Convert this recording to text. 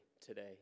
today